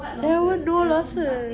there were no losses